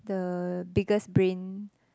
the biggest brain